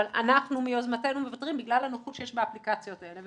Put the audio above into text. אבל אנחנו מיוזמתנו מוותרים בגלל הנוחות שיש באפליקציות האלה.